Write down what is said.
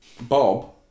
Bob